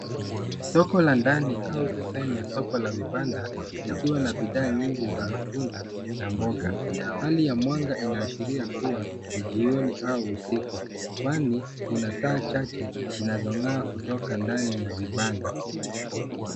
Soko la ndani au tuseme soko la vibanda likiwa na bidhaa nyingi za matunda na mboga. Hali ya mwanga inaashiria ni jioni au usiku kwani kuna taa chache zinazong'aa kutoka ndani ya vibanda.